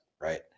right